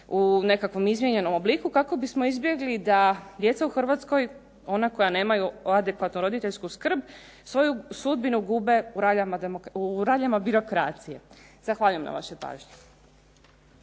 u nekakvom izmijenjenom obliku kako bismo izbjegli da djeca u Hrvatskoj ona koja nemaju adekvatnu roditeljsku skrb svoju sudbinu gube u raljama birokracije. Zahvaljujem na vašoj pažnji.